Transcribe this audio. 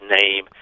name